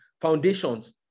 foundations